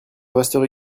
resterai